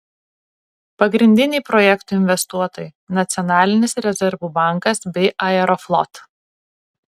pagrindiniai projekto investuotojai nacionalinis rezervų bankas bei aeroflot